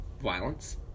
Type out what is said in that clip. violence